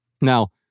Now